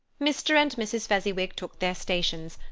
mr. and mrs. fezziwig took their stations,